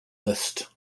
list